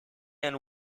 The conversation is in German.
ian